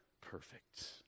perfect